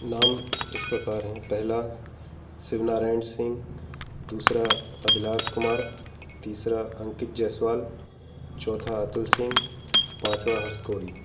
नाम इस प्रकार हैं पहला शिव नारायण सिंह दूसरा अभिलास कुमार तीसरा अंकित जयसवाल चौथा अतुल सिंह पाँचवां हर्ष कोरी